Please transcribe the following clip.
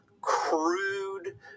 crude